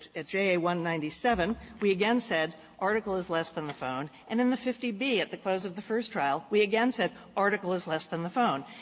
at j a one nine seven we again said article is less than the phone. and in the fifty b at the close of the first trial, we again said article is less than the phone.